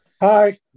hi